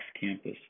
campus